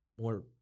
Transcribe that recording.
More